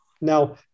Now